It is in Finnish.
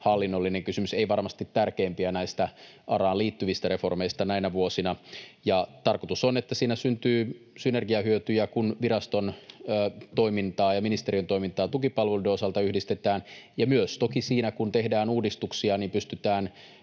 hallinnollinen kysymys, ei varmasti tärkeimpiä näistä ARAan liittyvistä reformeista näinä vuosina. Tarkoitus on, että siinä syntyy synergiahyötyjä, kun viraston toimintaa ja ministeriön toimintaa tukipalveluiden osalta yhdistetään. Ja toki siinä myös, kun tehdään uudistuksia, pystytään